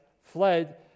fled